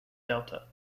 delta